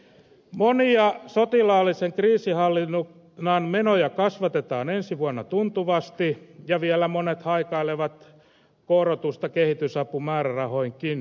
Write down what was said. monia sotilaallisen kriisinhallinnan menoja kasvatetaan ensi vuonna tuntuvasti ja vielä monet haikailevat korotusta kehitysapumäärärahoihinkin